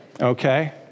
okay